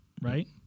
right